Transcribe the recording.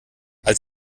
als